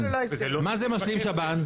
מה זה משלים שב"ן?